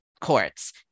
courts